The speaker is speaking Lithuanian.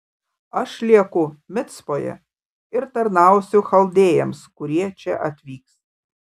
aš lieku micpoje ir tarnausiu chaldėjams kurie čia atvyks